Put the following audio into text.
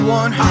one